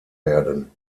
werden